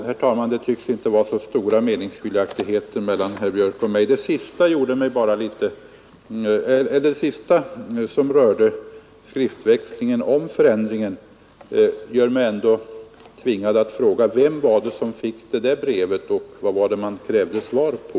Herr talman! Det tycks inte råda så stora meningsskiljaktigheter mellan herr Björk i Gävle och mig. Men det sista som rörde skriftväxlingen om förändringen gör mig tvingad fråga: Vem var det som fick det där brevet, och vad var det som man krävde svar på?